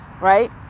right